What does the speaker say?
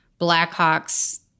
Blackhawks